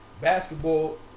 Basketball